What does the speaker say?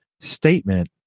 statement